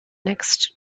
next